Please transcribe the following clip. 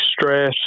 stress